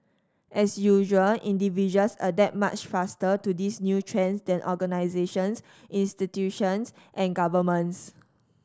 as usual individuals adapt much faster to these new trends than organisations institutions and governments